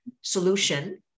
solution